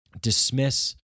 dismiss